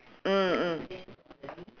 mm